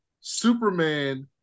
Superman